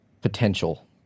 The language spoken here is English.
potential